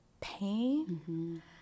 pain